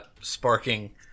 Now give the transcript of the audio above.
sparking